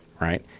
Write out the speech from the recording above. right